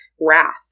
wrath